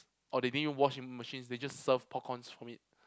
or they didn't even wash the machines they just serve popcorn from it